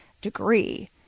degree